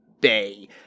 Bay